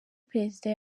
perezida